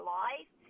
life